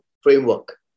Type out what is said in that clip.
framework